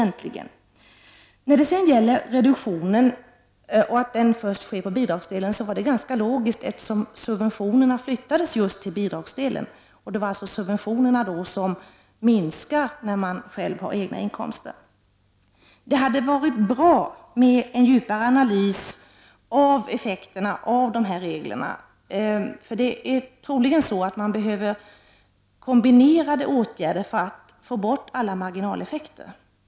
När det sedan gäller det faktum att reduktionen sker först på bidragsdelen, vill jag säga att det är ganska logiskt, eftersom subventionerna flyttades just till bidragsdelen. Det är alltså subventionerna som minskar när man själv har egna inkomster. Det hade varit bra med en djupare analys av effekterna av dessa regler. Det är troligen så att det behövs kombinerade åtgärder för att få bort alla marginaleffekter.